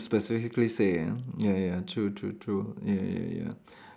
specifically say ya ya ya true true true ya ya ya